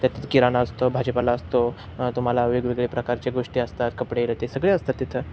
त्यात किराणा असतो भाजीपाला असतो तुम्हाला वेगवेगळे प्रकारच्या गोष्टी असतात कपडेलत्ते सगळे असतात तिथं